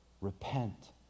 Repent